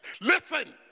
Listen